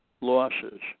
losses